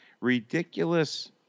ridiculous